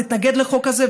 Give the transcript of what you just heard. ונתנגד לחוק הזה.